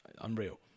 unreal